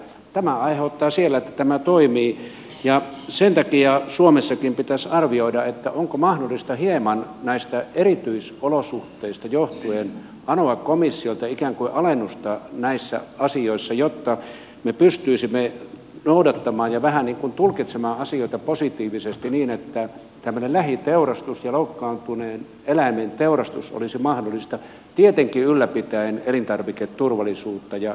tämä aiheuttaa siellä että tämä toimii ja sen takia suomessakin pitäisi arvioida onko mahdollista hieman näistä erityisolosuhteista johtuen anoa komissiolta ikään kuin alennusta näissä asioissa jotta me pystyisimme noudattamaan ja vähän niin kuin tulkitsemaan asioita positiivisesti niin että tämmöinen lähiteurastus ja loukkaantuneen eläimen teurastus olisi mahdollista tietenkin ylläpitäen elintarviketurvallisuutta ja hygieniaa